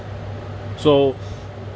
so